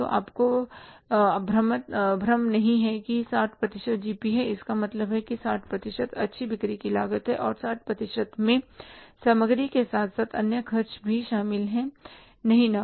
तो आपको भ्रम नहीं है कि 40 प्रतिशत जीपी है इसका मतलब है कि 60 प्रतिशत अच्छी बिक्री की लागत है और 60 प्रतिशत में सामग्री के साथ साथ अन्य खर्च भी शामिल हैं नहीं ना